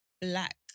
black